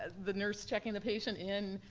the nurse checking the patient in,